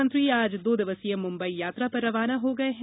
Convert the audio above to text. मुख्यमंत्री आज दो दिवसीय मुम्बई यात्रा पर रवाना हो गये हैं